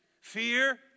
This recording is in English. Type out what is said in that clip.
Fear